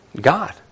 God